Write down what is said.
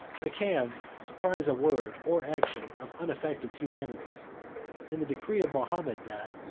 i can surprise a word or action of unaffected humanity and the decree of mahomet, that,